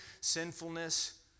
sinfulness